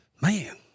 Man